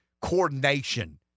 coordination